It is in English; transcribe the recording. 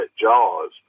jaws